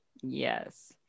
yes